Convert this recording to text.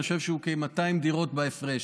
אני חושב שהיא כ-200 דירות בהפרש.